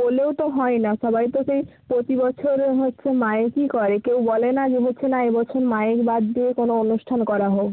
বলেও তো হয় না সবাই তো সেই প্রতি বছর হচ্ছে মাইকই করে কেউ বলে না যে হচ্ছে না যে এই বছর মাইক বাদ দিয়ে কোনো অনুষ্ঠান করা হোক